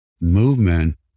Movement